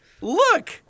Look